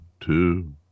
two